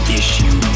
issue